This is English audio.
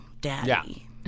daddy